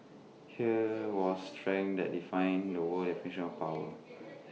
here was strength that define the world's definition of power